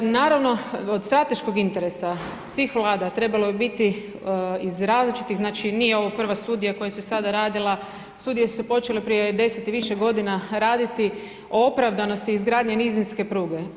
Naravno, od strateškog interesa svih vlada trebalo bi biti iz različitih, znači, nije ovo prva studija koja se sada radila, studije su se počele prije 10 i više godina raditi o opravdanosti izgradnje nizinske pruge.